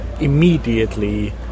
Immediately